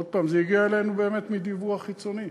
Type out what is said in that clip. עוד הפעם, זה הגיע אלינו באמת מדיווח חיצוני,